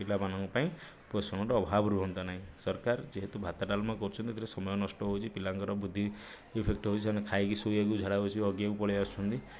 ପିଲାମାନଙ୍କ ପାଇଁ ପୋଷଣର ଅଭାବ ରୁହନ୍ତା ନାହିଁ ସରକାର ଯେହେତୁ ଭାତ ଡାଲମା କରୁଛନ୍ତି ଏଥିରେ ସମୟ ନଷ୍ଟ ହେଉଛି ପିଲାଙ୍କର ବୁଦ୍ଧି ଇଫେକ୍ଟ ହେଉଛି ସେମାନେ ଖାଇକି ଶୋଇବାକୁ ଝାଡ଼ା ବସି ହଗିବାକୁ ପଳେଇ ଆସୁଛନ୍ତି